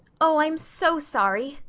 oh, i'm so sorry,